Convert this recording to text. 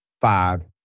five